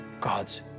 God's